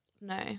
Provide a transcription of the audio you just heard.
no